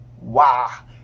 Wow